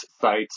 sites